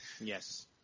Yes